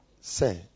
say